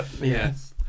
Yes